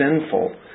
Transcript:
sinful